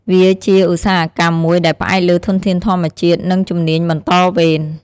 វាជាឧស្សាហកម្មមួយដែលផ្អែកលើធនធានធម្មជាតិ និងជំនាញបន្តវេន។